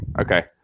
Okay